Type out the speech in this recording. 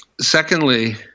Secondly